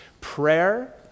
prayer